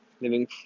living